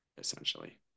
essentially